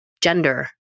gender